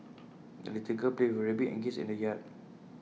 the little girl played with her rabbit and geese in the yard